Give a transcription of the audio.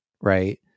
right